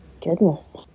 Goodness